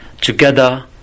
together